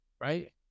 Right